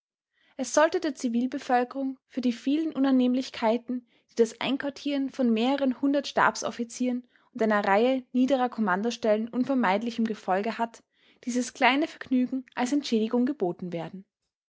es sollte der zivilbevölkerung für die vielen unannehmlichkeiten die das einquartieren von mehreren hundert stabsoffizieren und einer reihe niederer kommandostellen unvermeidlich im gefolge hat dieses kleine vergnügen als entschädigung geboten werden